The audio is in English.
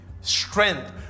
strength